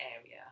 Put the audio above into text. area